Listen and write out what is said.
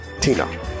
Tina